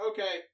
Okay